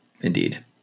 Indeed